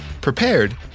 prepared